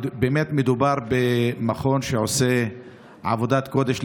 באמת מדובר במכון שעושה עבודת קודש,